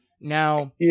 Now